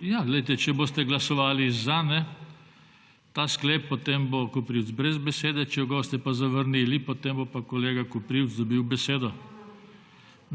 besedo. Če boste glasovali za ta sklep, potem bo Koprivc brez besede, če ga boste pa zavrnili, potem bo pa kolega Koprivc dobil besedo.